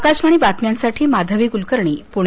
आकाशवाणी बातम्यांसाठी माधवी कुलकर्णी पुणे